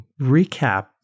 recap